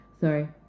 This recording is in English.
Sorry